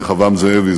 רחבעם זאבי,